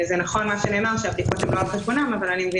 זה נכון מה שנאמר,